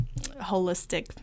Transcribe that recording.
holistic